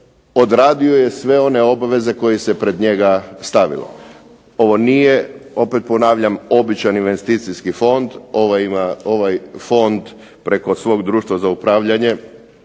odradio je sve one obveze koje se pred njega stavilo. Ovo nije, ponavljam običan investicijski fond, ovaj Fond preko svog društva za upravljanje